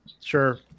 Sure